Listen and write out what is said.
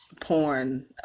porn